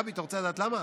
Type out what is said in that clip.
גבי, אתה רוצה לדעת למה?